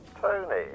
Tony